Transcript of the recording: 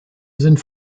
sind